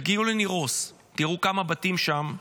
תגיעו לניר עוז, תראו כמה בתים שם שרדו,